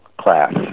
class